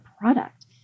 product